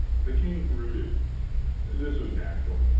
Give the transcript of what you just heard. the king brooded this was natural.